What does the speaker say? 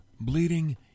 bleeding